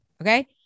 Okay